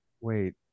Wait